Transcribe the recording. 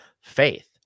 faith